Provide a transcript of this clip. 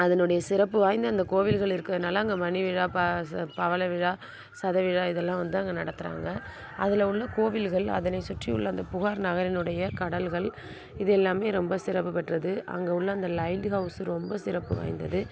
அதனுடைய சிறப்பு வாய்ந்த அந்த கோவில்கள் இருக்கறதுனால் அங்கே மணி விழா ப ச பவள விழா சத விழா இதெல்லாம் வந்து அங்கே நடத்துகிறாங்க அதில் உள்ள கோவில்கள் அதனை சுற்றியுள்ள அந்த புகார் நகரினுடைய கடல்கள் இது எல்லாமே அங்கே ரொம்ப சிறப்பு பெற்றது அங்கே உள்ள அந்த லைட்ஹவுஸ் ரொம்ப சிறப்பு வாய்ந்தது